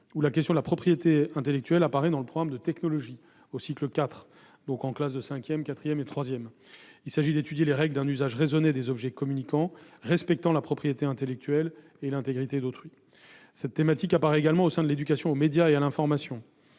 où la question de la propriété intellectuelle apparaît dans le programme de technologie au cycle 4, c'est-à-dire en classes de cinquième, quatrième et troisième. Il s'agit d'étudier les règles d'un usage raisonné des objets communicants respectant la propriété intellectuelle et l'intégrité d'autrui. Cette thématique apparaît aussi dans le cadre de l'éducation aux médias et à l'information.